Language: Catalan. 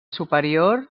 superior